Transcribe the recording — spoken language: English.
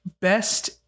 best